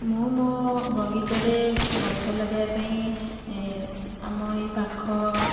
ମୁଁ ମୋ ବଗିଚାରେ ଗଛ ଲଗେଇବା ପାଇଁ ଇଁ ଆମ ଏଇ ପାଖ